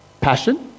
passion